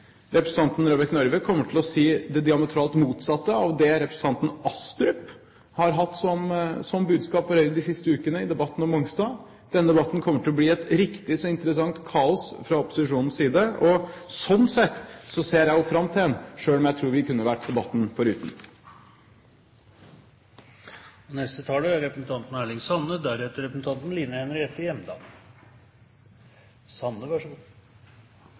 representanten Røbekk Nørve fra Høyre kommer til å ta ordet senere i debatten. Representanten Røbekk Nørve kommer til å si det diametralt motsatte av det som representanten Astrup har hatt som budskap fra Høyre de siste ukene i debatten om Mongstad. Den debatten kommer til å bli et riktig så interessant kaos fra opposisjonens side, og sånn sett ser jeg fram til en slik debatt, selv om jeg tror vi kunne vært